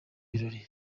birori